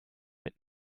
mit